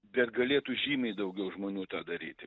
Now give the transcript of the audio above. bet galėtų žymiai daugiau žmonių tą daryti